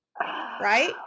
right